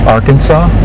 Arkansas